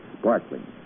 sparkling